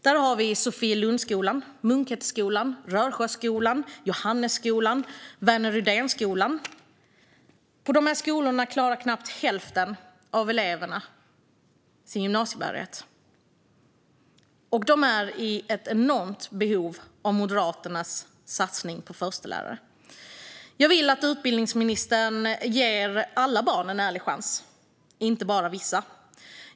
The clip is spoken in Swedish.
Där har vi Sofielundsskolan, Munkhätteskolan, Rörsjöskolan, Johannesskolan och Värner Rydénskolan. På de skolorna klarar knappt hälften av eleverna att nå gymnasiebehörighet. De är i enormt stort behov av Moderaternas satsning på förstelärare. Jag vill att utbildningsministern ger alla barn, inte bara vissa, en ärlig chans.